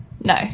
No